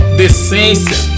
decência